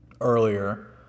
Earlier